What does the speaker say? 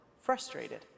frustrated